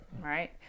Right